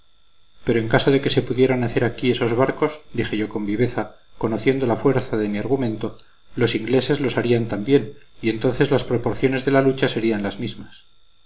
pero en caso de que se pudieran hacer aquí esos barcos dije yo con viveza conociendo la fuerza de mi argumento los ingleses los harían también y entonces las proporciones de la lucha serían las mismas